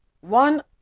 one